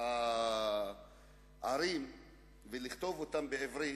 הערים ולכתוב אותם בעברית,